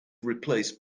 replaced